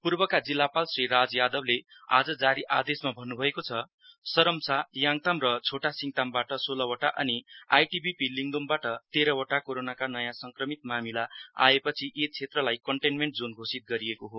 पूर्व जिल्लापाल श्री राज यादवले आज जारी आदेशमा भन्नुभएको छ सरमसा याङताम र छोटा सिङतामबाट सोह्रवटा अनि आईटीबीपी लिङद्मबाट तेह्रवटा कोरोनाका नयाँ संक्रमित मामिला आएपछि यी क्षेत्रलाई कन्टेन्मेण्ट जोन घोषित गरिएको हो